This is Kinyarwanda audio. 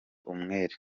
umwere